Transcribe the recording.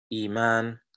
iman